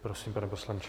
Prosím, pane poslanče.